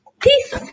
Peace